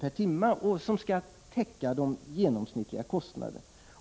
per timme, vilket skall täcka de genomsnittliga kostnaderna.